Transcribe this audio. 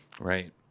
Right